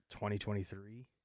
2023